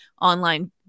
online